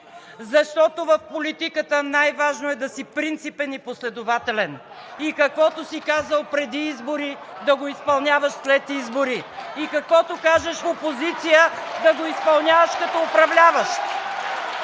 Защото в политиката най-важно е да си принципен и последователен и каквото си казал преди избори – да го изпълняваш след избори, и каквото кажеш в опозиция – да го изпълняваш като управляващ.